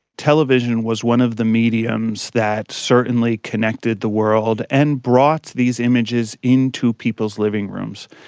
television was one of the mediums that certainly connected the world and brought these images into people's living rooms.